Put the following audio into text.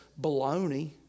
baloney